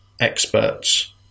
experts